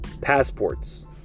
passports